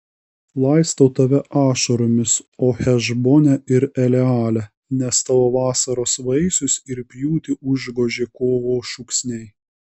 laistau tave ašaromis o hešbone ir eleale nes tavo vasaros vaisius ir pjūtį užgožė kovos šūksniai